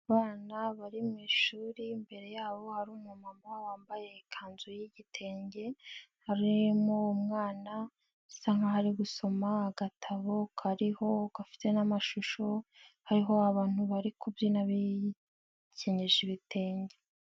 Abana bari mu ishuri imbere yabo ari umu mama wambaye ikanzu yigitenge, harimo umwana bisa nk'aho ari gusoma agatabo kariho gafite n'amashusho, hariho abantu bari kubyina bekenyeje ibitenge.